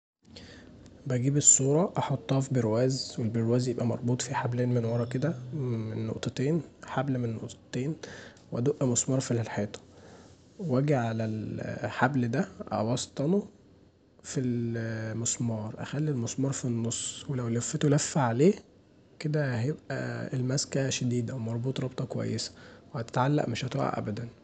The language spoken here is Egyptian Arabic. بجيب الصةره احطها في برواز والبرواز يبقي مربوط فيه حبلين من ورا كدا من نقطتين، حبل من النقطتين وادق مسمار في الحيطه واجي علي الحبل دا اوسطنه في المسمار، اخلي المسمار في النص ولو لفيته لفه عليه كدا هيبقي الماسكه شديده ومربوط ربطه كويسه وهتتعلق مش هتقع ابدا.